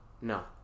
No